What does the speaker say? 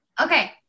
Okay